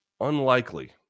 unlikely